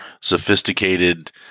sophisticated